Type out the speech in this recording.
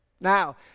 now